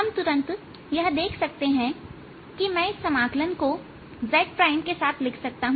हम तुरंत यह देख सकते हैं कि मैं इस समाकलन को zके साथ लिख सकता हूं